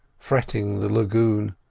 fretting the lagoon,